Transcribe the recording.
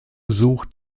sucht